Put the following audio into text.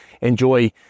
enjoy